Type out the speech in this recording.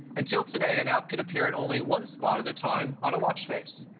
until today, an app could appear in only one spot at a time on a watch face.